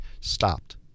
stopped